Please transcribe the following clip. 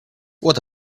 what